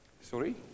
Sorry